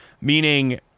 Meaning